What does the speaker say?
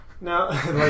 Now